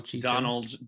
Donald